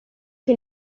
che